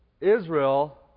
Israel